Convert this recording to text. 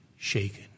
shaken